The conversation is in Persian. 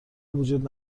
وجود